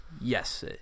Yes